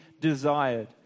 desired